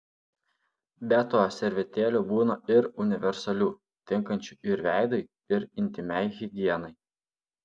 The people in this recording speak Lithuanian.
be to servetėlių būna ir universalių tinkančių ir veidui ir intymiai higienai